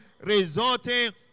resulting